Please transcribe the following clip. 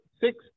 six